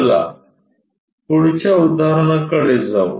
चला पुढच्या उदाहरणाकडे जाऊ